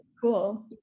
cool